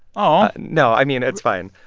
aw no, i mean, it's fine.